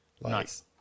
Nice